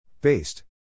Based